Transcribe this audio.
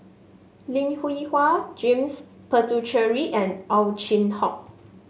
Lim Hwee Hua James Puthucheary and Ow Chin Hock